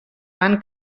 van